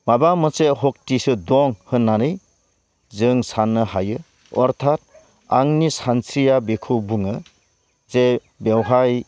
माबा मोनसे सक्तिसो दं होननानै जों साननो हायो अर्थात आंनि सानस्रिया बेखौ बुङो जे बेवहाय